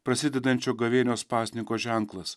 prasidedančio gavėnios pasninko ženklas